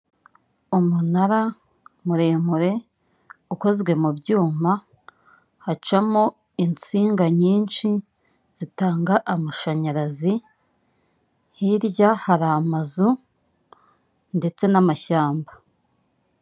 Umunara muremure ukozwe mu byuma hacamo insinga nyinshi zitanga amashanyarazi. hirya hari amazu ndetse n'amashyamba.